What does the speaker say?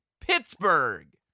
Pittsburgh